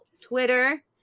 twitter